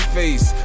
face